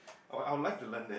I I would like to learn that